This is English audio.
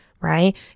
Right